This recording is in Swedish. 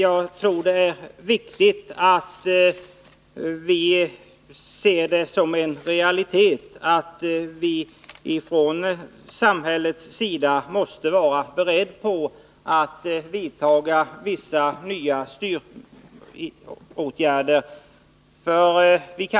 Jag tror det är viktigt att vi från samhällets sida ser det som en realitet att vissa nya styråtgärder måste vidtas.